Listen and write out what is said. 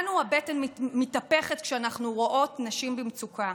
לנו הבטן מתהפכת כשאנחנו רואות נשים במצוקה,